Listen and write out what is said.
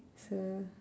sur~